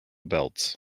belts